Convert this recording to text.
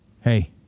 hey